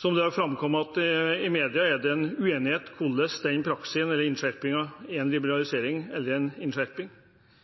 Som det har framkommet i media, er det uenighet om hvorvidt dette i praksis er en liberalisering eller en innskjerping.